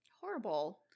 Horrible